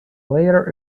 later